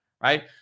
right